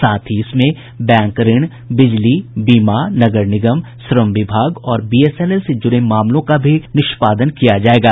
साथ ही इसमें बैंक ऋण बिजली बीमा नगर निगम श्रम विभाग और बीएसएनएल से जुड़े मामलों का भी निष्पादन किया जायेगा